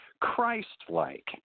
Christ-like